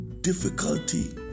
difficulty